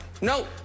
no